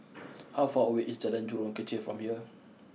how far away is Jalan Jurong Kechil from here